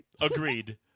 agreed